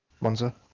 Monza